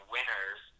Winners